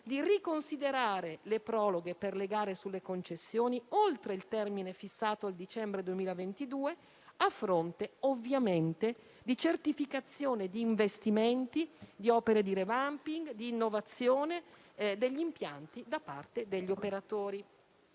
di riconsiderare le proroghe per le gare sulle concessioni oltre il termine fissato al dicembre 2022, a fronte ovviamente di certificazione di investimenti, di opere di *revamping*, di innovazione degli impianti da parte degli operatori.